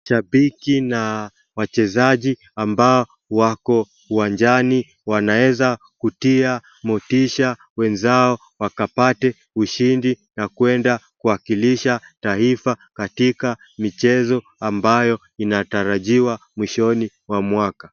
Shabiki na wachezaji ambao wako uwanjani wanaeza kutia motisha wenzao wakapate ushindi na kwenda kuwakilisha taifa katika michezo ambayo inatarajiwa mwishoni mwa mwaka.